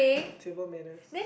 table manners